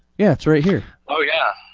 yeah, it's right here. oh yeah,